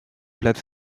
plate